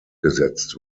gesetzt